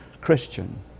Christian